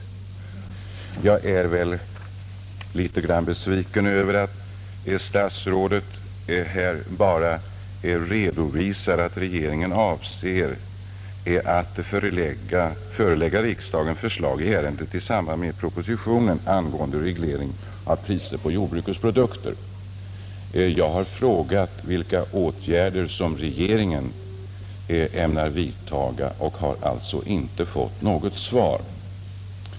Jag är väl litet grand besviken över att statsrådet här bara anför att regeringen avser att förelägga riksdagen förslag i ärendet i samband med propositionen angående regleringen av priserna på jordbrukets produkter. Jag har frågat vilka åtgärder som regeringen ämnar vidtaga och har alltså inte fått något svar.